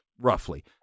roughly